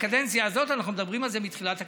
בקדנציה הזאת אנחנו מדברים על זה מתחילת הקדנציה,